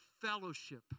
fellowship